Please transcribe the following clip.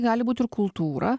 gali būt ir kultūra